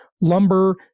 lumber